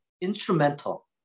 instrumental